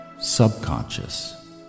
subconscious